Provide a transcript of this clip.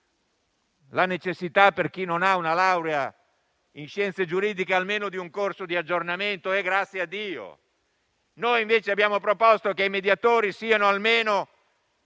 la necessità, per chi non ha una laurea in scienze giuridiche, di frequentare almeno un corso di aggiornamento. E grazie a Dio! Noi invece abbiamo proposto che i mediatori siano almeno